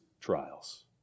trials